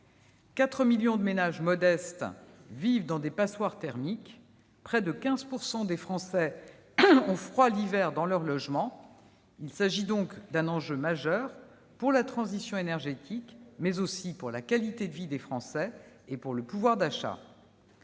4 millions de ménages modestes vivent dans des passoires thermiques et que près de 15 % des Français ont froid l'hiver dans leur logement, il s'agit d'un enjeu majeur pour la transition énergétique, mais aussi pour la qualité de vie des Français et pour leur pouvoir d'achat.